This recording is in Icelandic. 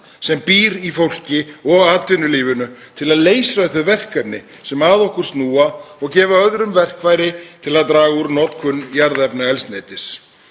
sem býr í fólki og atvinnulífinu til að leysa þau verkefni sem að okkur snúa og gefa öðrum verkfæri til að draga úr notkun jarðefnaeldsneytis.